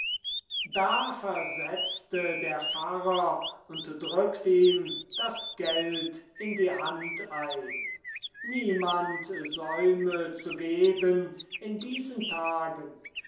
da versetzte der pfarrer und drückt ihm das geld in die hand ein niemand säume zu geben in diesen tagen